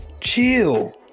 chill